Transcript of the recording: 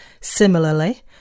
Similarly